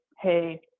hey